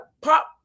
pop